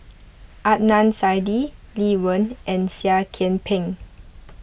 Adnan Saidi Lee Wen and Seah Kian Peng